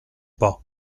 pas